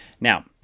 Now